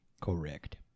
Correct